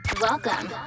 Welcome